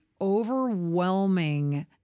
overwhelming